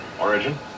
Origin